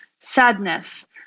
sadness